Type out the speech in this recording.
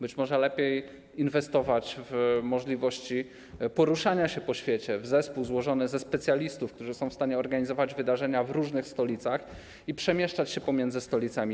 Być może lepiej inwestować w możliwości poruszania się po świecie, w zespół złożony ze specjalistów, którzy są w stanie organizować wydarzenia w różnych stolicach i przemieszczać się pomiędzy stolicami.